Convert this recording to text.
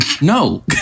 No